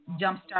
jumpstart